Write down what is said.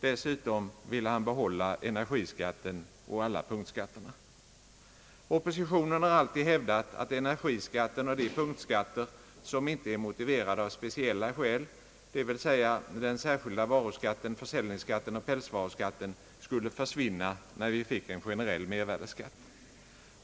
Dessutom vill han behålla energiskatten och alla punktskatterna. Oppositionen har alltid hävdat att energiskatten och de punktskatter som inte är motiverade av speciella skäl, d. v. s. den särskilda varuskatten, försäljningsskatten och pälsvaruskatten, skulle försvinna när vi fick en generell mervärdeskatt.